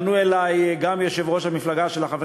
פנו אלי גם יושב-ראש המפלגה שלך,